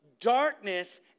darkness